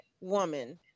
woman